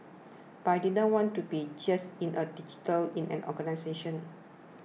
but I didn't want to be just in a digital in an organisation